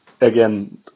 again